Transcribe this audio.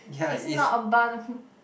it's not about the